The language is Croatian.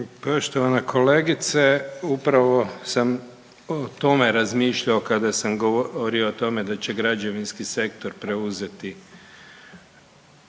Poštovana kolegice, upravo sam o tome razmišljao kada sam govorio o tome da će građevinski sektor preuzeti